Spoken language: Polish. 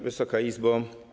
Wysoka Izbo!